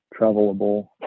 travelable